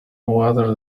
whether